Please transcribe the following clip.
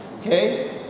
Okay